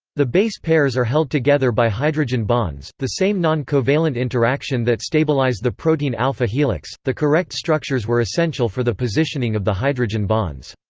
the base pairs are held together by hydrogen bonds, the same non-covalent interaction that stabilize the protein ah a-helix. the correct structures were essential for the positioning of the hydrogen bonds.